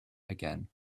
again